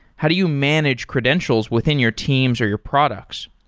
how do you manage credentials within your teams or your products?